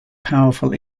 powerful